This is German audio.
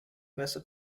besser